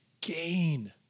gain